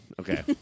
Okay